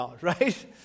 right